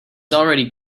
already